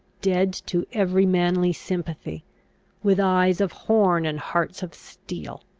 dead to every manly sympathy with eyes of horn, and hearts of steel!